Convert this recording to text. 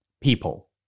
People